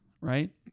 right